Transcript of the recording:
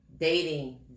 dating